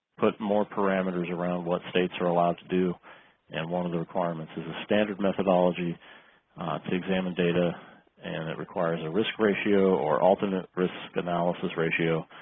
put more parameters around what states are allowed to do and one of the requirements is a standard methodology to examine data and it requires a risk ratio or alternate risk analysis ratio